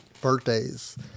birthdays